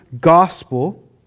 gospel